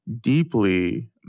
deeply